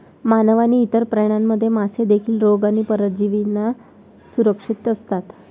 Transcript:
मानव आणि इतर प्राण्यांप्रमाणे, मासे देखील रोग आणि परजीवींना असुरक्षित असतात